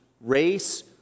race